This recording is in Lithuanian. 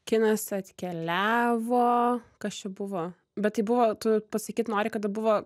kinas atkeliavo kas čia buvo bet tai buvo tu sakyt nori kada buvo